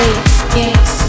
Yes